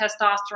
testosterone